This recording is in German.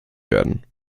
werden